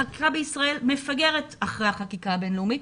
החקיקה בישראל מפגרת אחרי החקיקה הבין-לאומית.